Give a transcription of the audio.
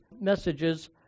messages